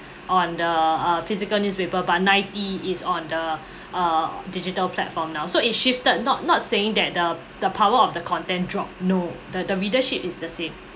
on the uh physical newspaper but ninety is on the uh digital platform now so it shifted not not saying that the the power of the content drop no the the readership is the same